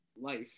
life